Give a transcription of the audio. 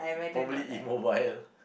probably immobile